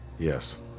Yes